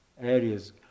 areas